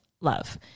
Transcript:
love